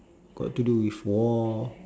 got to do with war